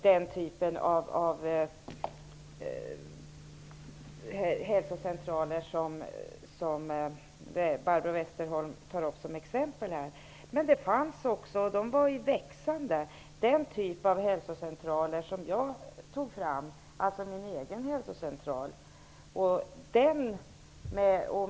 Den typ av hälsocentraler som Barbro Westerholm nämner i sina exempel har säkert funnits. Men det har också funnits, och de var i växande, vårdcentraler av den typ som jag har nämnt -- det gäller då min egen vårdcentral.